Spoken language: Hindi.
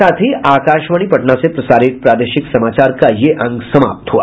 इसके साथ ही आकाशवाणी पटना से प्रसारित प्रादेशिक समाचार का ये अंक समाप्त हुआ